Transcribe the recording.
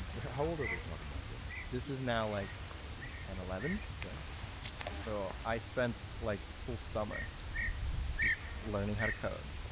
how old are we talking about here now? this is now like ten eleven. so, i spent like full summer just learning how to code